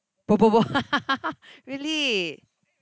bo bo bo really